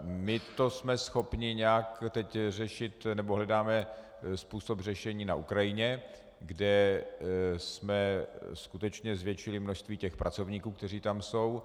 My jsme to schopni nějak teď řešit, nebo hledáme způsob řešení na Ukrajině, kde jsme skutečně zvětšili množství pracovníků, kteří tam jsou.